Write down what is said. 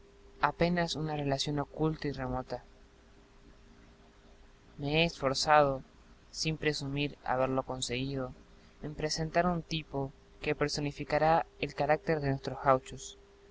apenas una relación oculta y remota me he esforzado sin presumir haberlo conseguido en presentar un tipo que personificara el carácter de nuestros gauchos